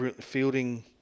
fielding